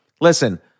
listen